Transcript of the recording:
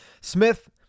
Smith